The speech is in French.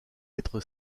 être